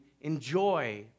enjoy